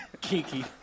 Kiki